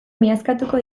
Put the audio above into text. miazkatuko